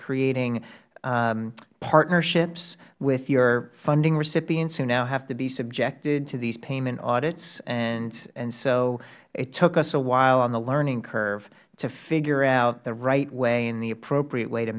creating partnerships with your funding recipients who now have to be subjected to these payment audits so it took us a while on the learning curve to figure out the right and the appropriate way to